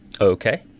Okay